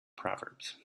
proverbs